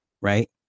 right